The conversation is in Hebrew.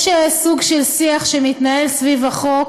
יש סוג של שיח שמתנהל סביב החוק,